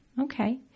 Okay